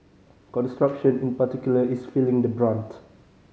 construction in particular is feeling the brunt